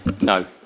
No